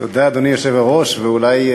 אדוני היושב-ראש, תודה, ואולי,